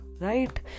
right